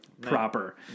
Proper